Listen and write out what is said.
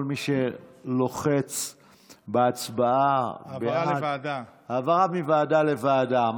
כל מי שלוחץ בהצבעה, העברה מוועדה לוועדה.